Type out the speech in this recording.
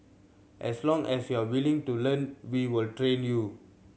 as long as you're willing to learn we will train you